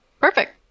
Perfect